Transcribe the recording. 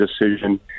decision